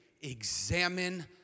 examine